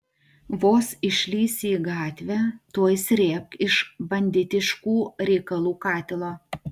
vos išlįsi į gatvę tuoj srėbk iš banditiškų reikalų katilo